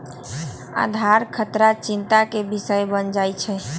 आधार खतरा चिंता के विषय बन जाइ छै